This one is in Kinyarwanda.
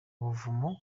buvumo